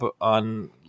on